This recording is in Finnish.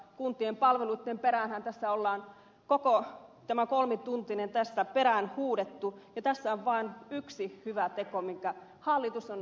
kuntien palveluitten peräänhän tässä on koko tämä kolmituntinen huudettu ja tässä on vain yksi hyvä teko minkä hallitus on elvytyspaketissaan tarjonnut